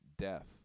death